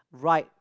ride